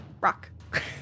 rock